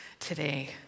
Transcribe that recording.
today